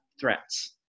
threats